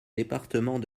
département